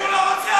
הוא לא רוצה